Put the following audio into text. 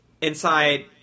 inside